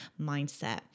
mindset